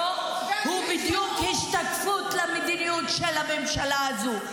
הוא בדיוק השתקפות של המדיניות של הממשלה הזו: